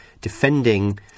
defending